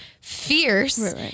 fierce